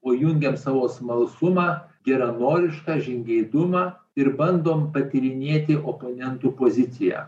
o jungiam savo smalsumą geranorišką žingeidumą ir bandom patyrinėti oponentų poziciją